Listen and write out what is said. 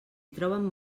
troben